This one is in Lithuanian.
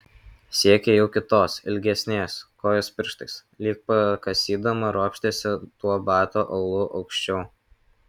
siekė jau kitos ilgesnės kojos pirštais lyg pakasydama ropštėsi tuo bato aulu aukščiau